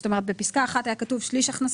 זאת לא פעם ראשונה.